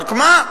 רק מה,